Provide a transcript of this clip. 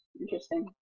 Interesting